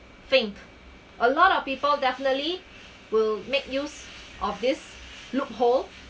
think a lot of people definitely will make use of this loophole